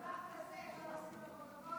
דבר כזה אפשר להכניס לפרוטוקול?